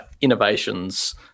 innovations